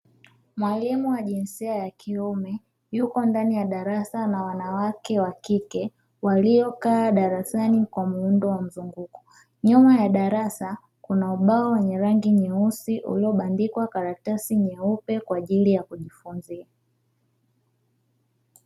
Mwalimu wa jinsia ya kiume yuko ndani ya darasa na wanawake wa kike, waliokaa darasani kwa muundo wa mzunguko. Nyuma ya darasa kuna ubao wenye rangi nyeusi, uliobandikwa karatasi nyeupe kwa ajili ya kujifunzia.